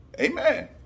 Amen